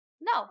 no